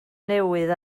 newydd